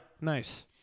nice